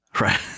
Right